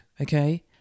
okay